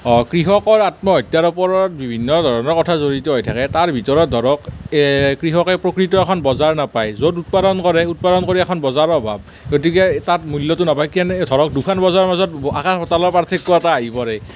হয় কৃষকৰ আত্মহত্যাৰ ওপৰত বিভিন্ন ধৰণৰ কথা জড়িত হৈ থাকে তাৰ ভিতৰত ধৰক কৃষকে প্ৰকৃত এখন বজাৰ নাপায় য'ত উৎপাদন কৰে উৎপাদন কৰি এখন বজাৰৰ অভাৱ গতিকে তাত মূল্যটো নাপায় যেনে ধৰক দুখন বজাৰৰ মাজত আকাশ পাতালৰ পাৰ্থক্য এটা আহি পৰে